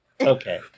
Okay